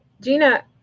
Gina